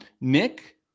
Nick